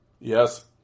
Yes